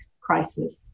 crisis